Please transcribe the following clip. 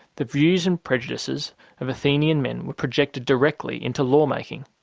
the views and prejudices of athenian men were projected directly into law making.